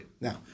now